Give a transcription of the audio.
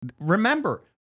Remember